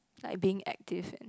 like being active and